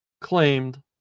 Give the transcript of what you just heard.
claimed